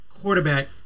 quarterback